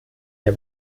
der